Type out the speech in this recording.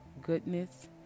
goodness